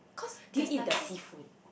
do you eat the seafood